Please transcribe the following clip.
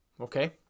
Okay